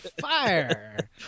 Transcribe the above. fire